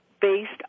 based